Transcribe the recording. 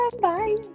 Bye